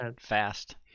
fast